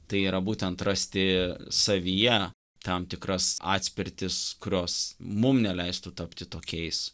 tai yra būtent rasti savyje tam tikras atspirtis kurios mum neleistų tapti tokiais